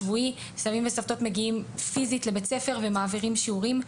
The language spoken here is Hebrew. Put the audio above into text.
סבים וסבתות מגיעים פיזית לבית הספר ומעבירים שיעורים.